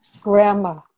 grandma